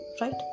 right